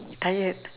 tired